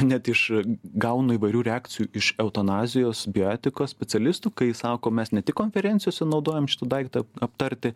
net iš gaunu įvairių reakcijų iš eutanazijos bioetikos specialistų kai sako mes ne tik konferencijose naudojam šitą daiktą aptarti